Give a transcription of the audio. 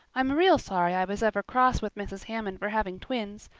i'm real sorry i was ever cross with mrs. hammond for having twins.